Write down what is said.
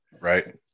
Right